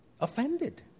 offended